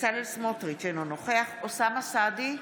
בצלאל סמוטריץ' אינו נוכח אוסאמה סעדי,